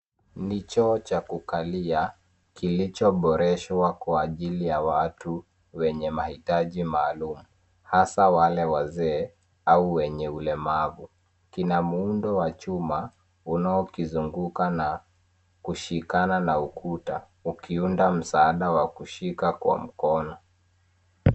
Ni choo cha kukalia kilicho boreshwa kwa ajili ya watu wenye mahitaji maaum, hasa wale wazee au wenye ulemavu. Kina muundo wachuma unaokizunguka na kushikana na ukuta ukiunda msaada wa kushika kwa mkono.